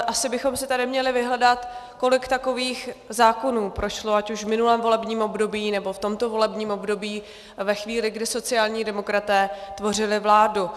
Asi bychom si tady měli vyhledat, kolik takových zákonů prošlo ať už v minulém volebním období, nebo v tomto volebním období ve chvíli, kdy sociální demokraté tvořili vládu.